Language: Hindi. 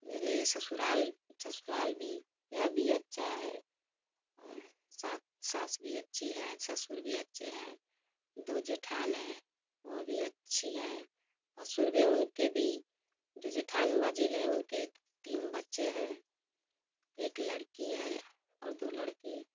मेरे ससुराल ससुराल भी यह भी अच्छा है सात सास भी अच्छी है ससुर भी अच्छे हैं दो जेठान हैं वो भी अच्छी हैं भसुर भी उनके भी जो जेठान मांझिल हैं उनके तीन बच्चे हैं एक लड़की है और दो लड़के